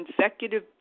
consecutive